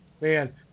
Man